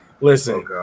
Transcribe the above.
Listen